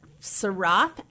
Sarath